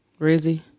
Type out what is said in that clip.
rizzy